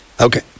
Okay